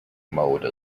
mode